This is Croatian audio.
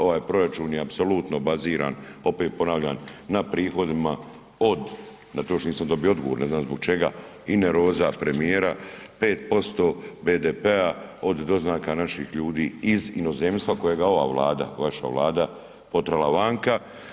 Ovaj proračun je apsolutno baziran, opet ponavljam, na prihodima od, na to još nisam dobio odgovor, ne znam zbog čega, i nervoza premijera, 5% BDP-a od doznaka naših ljudi iz inozemstva kojega ova Vlada potjerala vanka.